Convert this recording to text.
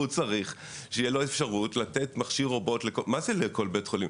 הוא צריך שתהיה לו אפשרות לתת מכשיר רובוט לכל בית חולים.